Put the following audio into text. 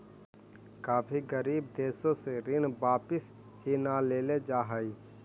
काफी गरीब देशों से ऋण वापिस ही न लेल जा हई